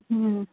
ହୁଁ